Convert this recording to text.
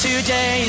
Today